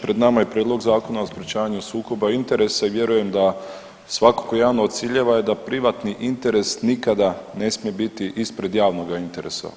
Pred nama je Prijedlog zakona o sprečavanju sukoba interesa i vjerujem da svakako jedan od ciljeva je da privatni interes nikada ne smije biti ispred javnoga interesa.